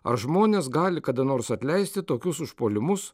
ar žmonės gali kada nors atleisti tokius užpuolimus